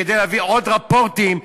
כדי להביא עוד רפורטים,